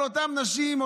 אותן נשים,